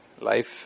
life